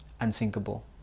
unsinkable